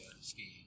skiing